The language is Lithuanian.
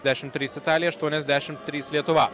dešimt trys italija aštuoniasdešimt trys lietuva